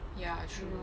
ya true